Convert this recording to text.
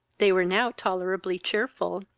they were now tolerably cheerful.